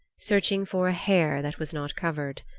searching for a hair that was not covered.